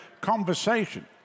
conversation